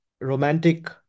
romantic